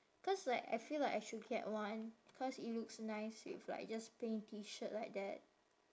cause like I feel like I should get one cause it looks nice with like just plain T shirt like that